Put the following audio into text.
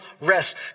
rest